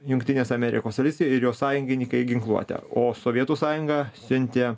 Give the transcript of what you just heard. jungtinės amerikos valstijos ir jos sąjungininkai ginkluotę o sovietų sąjunga siuntė